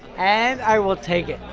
and i will take it